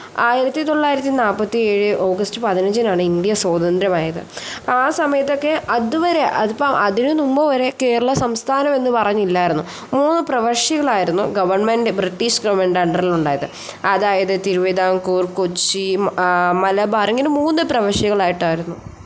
ആയിരത്തിത്തൊള്ളായിരത്തി നാല്പത്തി ഏഴ് ഓഗസ്റ്റ് പതിനഞ്ചിനാണ് ഇന്ത്യ സ്വതന്ത്രം ആയത് അപ്പം ആ സമയത്തൊക്കെ അതുവരെ അതിപ്പോൾ അതിന് മുമ്പുവരെ കേരള സംസ്ഥാനം എന്നു പറഞ്ഞില്ലായിരുന്നു മൂന്ന് പ്രവിശ്യകളായിരുന്നു ഗവൺമെൻ്റ് ബ്രിട്ടീഷ് ഗവൺമെൻ്റ് അണ്ടറിൽ ഉണ്ടായത് അതായത് തിരുവിതാംകൂർ കൊച്ചി മലബാർ ഇങ്ങനെ മൂന്ന് പ്രവിശ്യകളായിട്ടായിരുന്നു